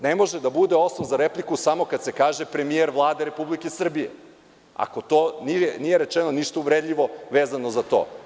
Ne može da bude osnov za repliku samo kad se kaže – premijer Vlade Republike Srbije, ako nije rečeno ništa uvredljivo vezano za to.